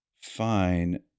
fine